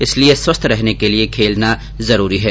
इसलिये स्वस्थ रहने के लिए खेलना जरूरी है